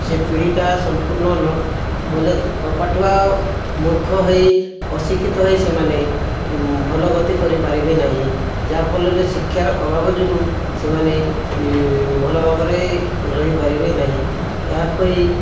ସେ ପିଢ଼ିଟା ସମ୍ପୂର୍ଣ ବୋଲେ ଅପାଠୁଆ ମୂର୍ଖ ହୋଇ ଅଶିକ୍ଷିତ ହୋଇ ସେମାନେ ଭଲ ଗତି କରିପାରିବେ ନାହିଁ ଯାହାଫଳରେ ଶିକ୍ଷାର ଅଭାବ ଯୋଗୁଁ ସେମାନେ ଭଲ ଭାବରେ ରହିପାରିବେନାହିଁ ଏହା କହି